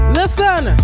Listen